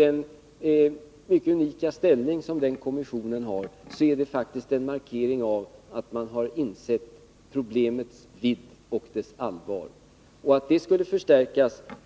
en helt unik ställning, är det faktiskt en markering av att man har insett problemets vidd och dess allvar.